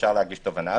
אפשר להגיש תובענה,